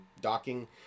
docking